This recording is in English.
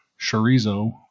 chorizo